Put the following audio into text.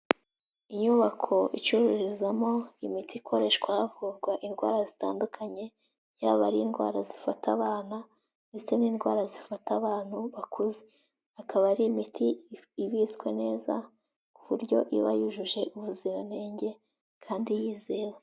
Inyubako icururizwamo imiti ikoreshwa havurwa indwara zitandukanye, yaba ari indwara zifata abana, ndetse n'indwara zifata abantu bakuze, akaba ari imiti ibitswe neza ku buryo iba yujuje ubuziranenge kandi yizewe.